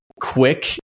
quick